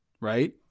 right